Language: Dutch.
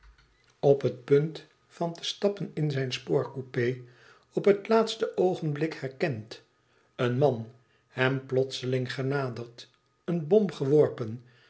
op het punt van te stappen in zijn spoorcoupé op het laatste oogenblik herkend een man hem plotseling genaderd een bom geworpen